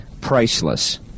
priceless